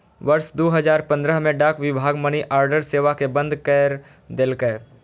वर्ष दू हजार पंद्रह मे डाक विभाग मनीऑर्डर सेवा कें बंद कैर देलकै